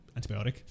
antibiotic